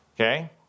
Okay